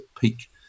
peak